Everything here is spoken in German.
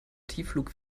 tiefflug